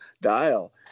dial